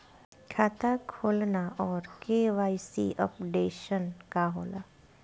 खाता खोलना और के.वाइ.सी अपडेशन का होला?